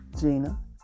Gina